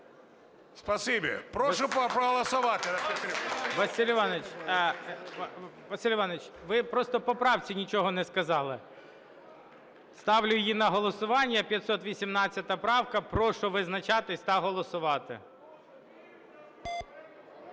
Василь Іванович! Василь Іванович, ви просто по правці нічого не сказали. Ставлю її на голосування, 518 правка. Прошу визначатись та голосувати.